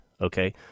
okay